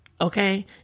Okay